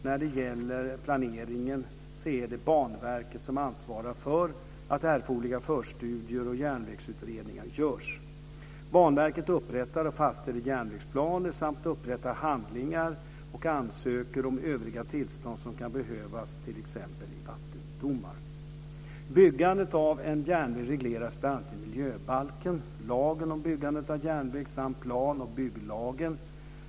När det gäller planeringen är det Banverket som ansvarar för att erforderliga förstudier och järnvägsutredningar görs. Banverket upprättar och fastställer järnvägsplaner samt upprättar handlingar och ansöker om övriga tillstånd som kan behövas, t.ex. vattendomar. Byggande av en ny järnväg regleras bl.a. i miljöbalken, lagen om byggande av järnväg samt plan och bygglagen.